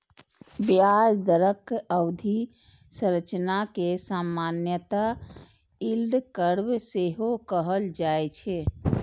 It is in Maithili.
ब्याज दरक अवधि संरचना कें सामान्यतः यील्ड कर्व सेहो कहल जाए छै